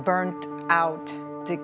burn out to